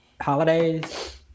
Holidays